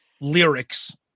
lyrics